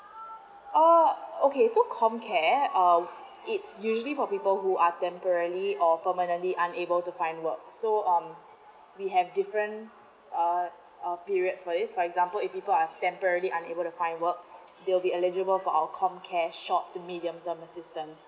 orh okay so compare uh it's usually for people who are temporary or permanently unable to find work so um we have different uh uh periods for this for example if people are temporary unable to find work they'll be eligible for our comcare short to medium term assistance